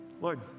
Lord